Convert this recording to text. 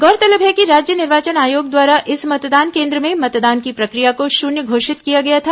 गौरतलब है कि राज्य निर्वाचन आयोग द्वारा इस मतदान केन्द्र में मतदान की प्रक्रिया को शून्य घोषित किया गया था